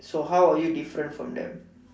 so how are you different from them